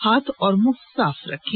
हाथ और मुंह साफ रखें